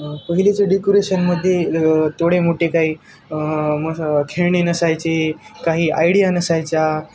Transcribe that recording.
पहिलेचे डेकोरेशनमध्ये थोडे मोठे काही म खेळणी नसायची काही आयडिया नसायच्या